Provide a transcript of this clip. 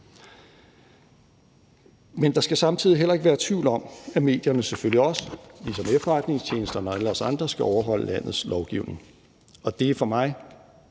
Men der skal samtidig heller ikke være tvivl om, at medierne selvfølgelig også, ligesom efterretningstjenesterne og alle os andre, skal overholde landets lovgivning, og det er for mig